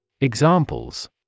Examples